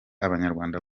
abanyarwanda